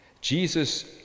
Jesus